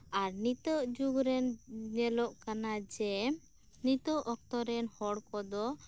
ᱟᱨ ᱱᱤᱛᱚᱜ ᱡᱩᱜᱽ ᱨᱮᱱ ᱧᱮᱞᱚᱜ ᱠᱟᱱᱟ ᱡᱮ ᱱᱤᱛᱚᱜ ᱚᱠᱛᱚᱨᱮᱱ ᱦᱚᱲᱠᱚᱫᱚ